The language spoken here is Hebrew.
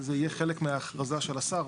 זה יהיה חלק מההכרזה של השר.